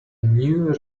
new